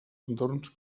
entorns